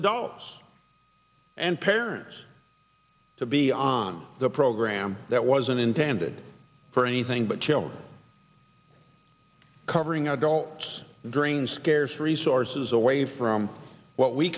adults and parents to be on the program that wasn't intended for anything but children covering adults during scarce resources away from what we